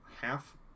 half